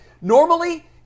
normally